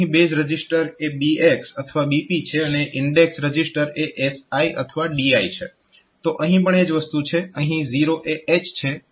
અહીં base register એ BX અથવા BP છે અને ઇન્ડેક્સ રજીસ્ટર SI અથવા DI છે તો અહીં પણ એ જ વસ્તુ છે અહીં 0AH છે